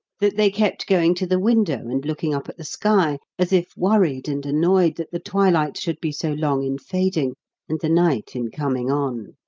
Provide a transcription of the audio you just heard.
that they kept going to the window and looking up at the sky, as if worried and annoyed that the twilight should be so long in fading and the night in coming on.